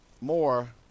more